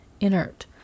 inert